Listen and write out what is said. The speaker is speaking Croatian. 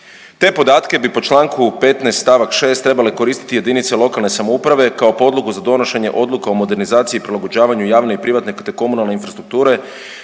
Te podatke bi po čl. 15. st. 6. trebali koristiti jedinice lokalne samouprave kao podlogu za donošenje odluke o modernizaciji i prilagođavanju javne i privatne te komunalne infrastrukture